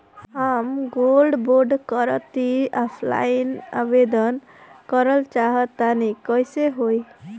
हम gold bond करंति offline आवेदन करल चाह तनि कइसे होई?